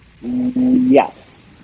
Yes